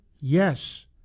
Yes